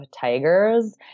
tigers